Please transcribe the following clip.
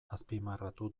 azpimarratu